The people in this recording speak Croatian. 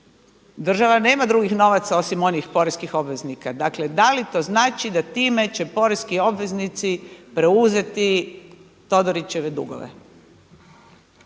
država nema drugih novaca osim onih poreskih obveznika. Dakle, da li to znači da time će poreski obveznici preuzeti Todorićeve dugove?